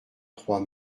trois